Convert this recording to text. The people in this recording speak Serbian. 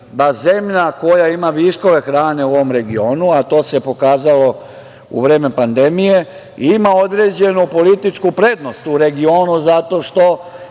da zemlja koja ima viškove hrane u ovom regionu, a to se pokazalo u vreme pandemije, ima određenu političku prednost u regionu zato što